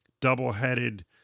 double-headed